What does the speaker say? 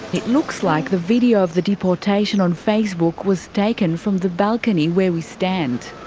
it looks like the video of the deportation on facebook was taken from the balcony where we stand.